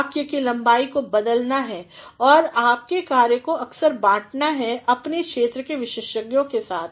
तो वाक्य की लम्बाई को बदलना है और आपके कार्य को अक्सर बांटना है अपने क्षेत्र के विशेषज्ञों के साथ